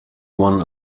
one